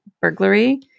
burglary